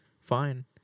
fine